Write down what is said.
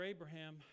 Abraham